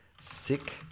sick